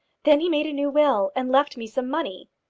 then he made a new will, and left me some money.